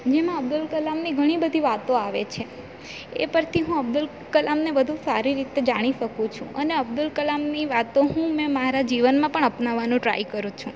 જેમાં અબ્દુલ કલામની ઘણી બધી વાતો આવે છે એ પરથી હું અબ્દુલ કલામને વધુ સારી રીતે જાણી શકું છું અને અબ્દુલ કલામની વાતો હું મેં મારા જીવનમાં પણ અપનાવવાનો ટ્રાય કરું છું